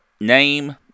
name